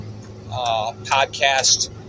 podcast